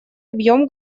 объем